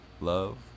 Love